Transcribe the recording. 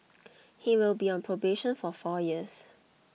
he will be on probation for four years